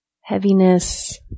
heaviness